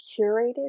curated